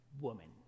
woman